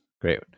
Great